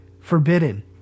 forbidden